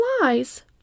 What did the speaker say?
lies